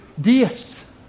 deists